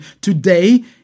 today